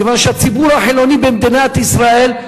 מכיוון שהציבור החילוני במדינת ישראל,